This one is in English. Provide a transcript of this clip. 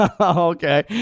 Okay